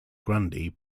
grundy